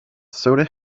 soda